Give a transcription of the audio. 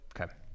Okay